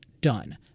done